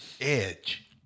edge